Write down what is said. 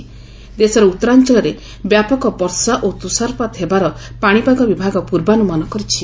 ଦେଶର ଉତ୍ତରାଞ୍ଚଳରେ ବ୍ୟାପକ ବର୍ଷା ଓ ତୁଷାରପାତ ହେବାର ପାଣିପାଗ ବିଭାଗ ପୂର୍ବାନୁମାନ କରିଛି